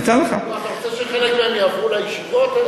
אתה רוצה שחלק מהם יעברו לישיבות?